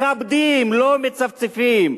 מכבדים, לא מצפצפים.